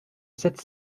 sept